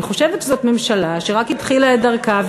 אני חושבת שזאת ממשלה שרק התחילה את דרכה.